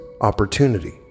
opportunity